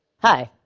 hi,